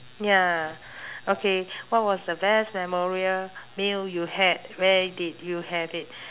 ya okay what was the best memorial meal you had where did you have it